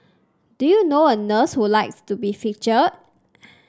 do you know a nurse who likes to be featured